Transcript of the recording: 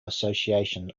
association